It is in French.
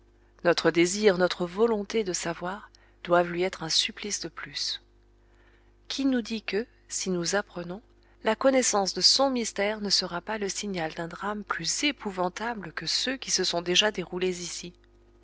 notre désir notre volonté de savoir doivent lui être un supplice de plus qui nous dit que si nous apprenons la connaissance de son mystère ne sera pas le signal d'un drame plus épouvantable que ceux qui se sont déjà déroulés ici